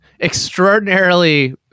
extraordinarily